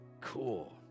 cool